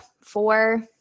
four